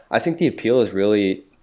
i think the appeal is really,